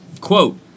quote